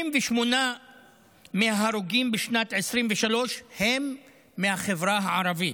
98 מההרוגים בשנת 2023 הם מהחברה הערבית,